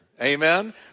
Amen